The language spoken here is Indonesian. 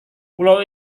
pulau